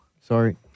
Sorry